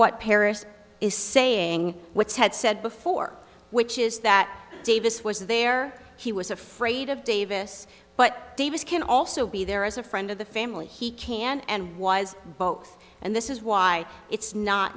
what paris is saying which had said before which is that davis was there he was afraid of davis but davis can also be there as a friend of the family he can and was both and this is why it's not